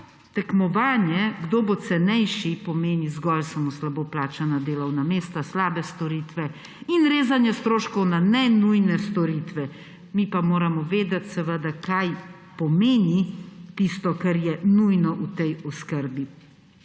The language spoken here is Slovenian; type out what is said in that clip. tekmovanje, kdo bo cenejši, pomeni zgolj slabo plačana delovna mesta, slabe storitve in rezanje stroškov na nenujne storitve. Mi pa moramo vedeti seveda, kaj pomeni tisto, kar je nujno v tej oskrbi.